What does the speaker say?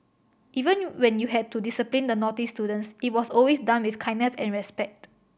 even when you had to discipline the naughty students it was always done with kindness and respect